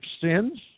sins